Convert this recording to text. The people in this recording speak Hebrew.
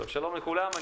שלום לכולם,